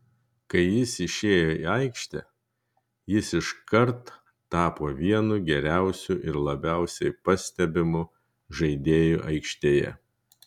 kai jis išėjo į aikštę jis iškart tapo vienu geriausiu ir labiausiai pastebimu žaidėju aikštėje